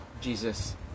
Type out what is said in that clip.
Jesus